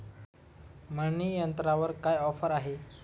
मळणी यंत्रावर काय ऑफर आहे?